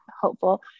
hopeful